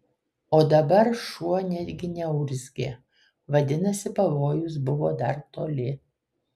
o dabar šuo netgi neurzgė vadinasi pavojus buvo dar toli